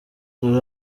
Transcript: dore